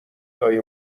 لای